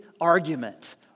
argument